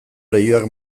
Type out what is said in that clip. leihoak